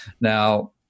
Now